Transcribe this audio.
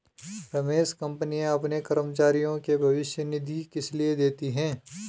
रमेश कंपनियां अपने कर्मचारियों को भविष्य निधि किसलिए देती हैं?